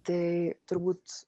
tai turbūt